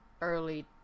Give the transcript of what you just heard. early